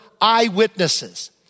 eyewitnesses